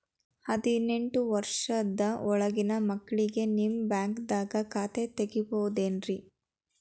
ಹದಿನೆಂಟು ವರ್ಷದ ಒಳಗಿನ ಮಕ್ಳಿಗೆ ನಿಮ್ಮ ಬ್ಯಾಂಕ್ದಾಗ ಖಾತೆ ತೆಗಿಬಹುದೆನ್ರಿ?